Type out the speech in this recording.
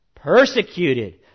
persecuted